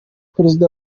prezida